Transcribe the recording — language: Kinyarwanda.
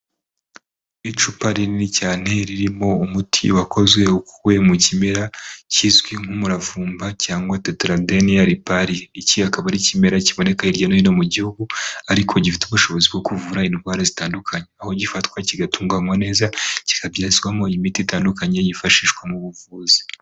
Icupa rinini cyane ririmo umuti wakozwe mu kimera kizwi nk'umuravumba cyangwa tretedeniya lepali ,iki akaba ari ikimera kiboneka hirya no hino mu gihugu ariko gifite ubushobozi bwo kuvura indwara zitandukanye aho gifatwa kigatunganywa neza kikabyazwamo imiti itandukanye yifashishwa mu buvuzi.